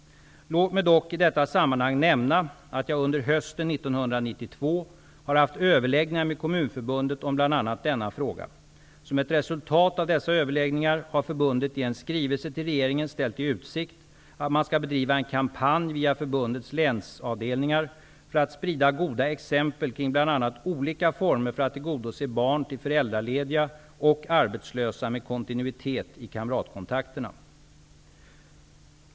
Låt mig dock i detta sammanhang nämna att jag under hösten 1992 har haft överläggningar med Kommunförbundet om bl.a. denna fråga. Som ett resultat av dessa överläggningar har förbundet i en skrivelse till regeringen ställt i utsikt att man skall bedriva en kampanj via förbundets länsavdelningar för att sprida goda exempel kring bl.a. olika former för att tillgodose barn till föräldralediga och arbetslösa med kontinuitet i kamratkontakterna.